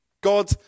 God